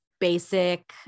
basic